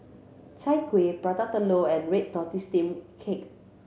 Chai Kuih Prata Telur and red tortoise steamed cake